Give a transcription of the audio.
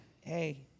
hey